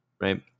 right